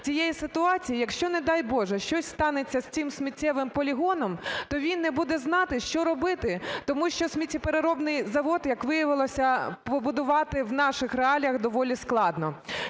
тієї ситуації, якщо, не дай, Боже, щось станеться з цим сміттєвим полігоном, то він не буде знати, що робити, тому що сміттєпереробний завод, як виявилося, побудувати в наших реаліях доволі складно.